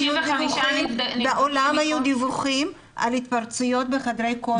35 נדבקים --- בעולם היו דיווחים על התפרצויות בחדרי כושר.